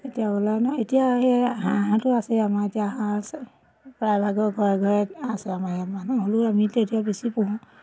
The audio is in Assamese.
এতিয়া ওলাই ন এতিয়া সেই হাঁহটো আছেই আমাৰ এতিয়া হাঁহ আছে প্ৰায়ভাগৰ ঘৰে ঘৰে আছে আমাৰ ইয়াত মানুহ হ'লেও আমিটো এতিয়া বেছি পুহোঁ